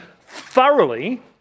thoroughly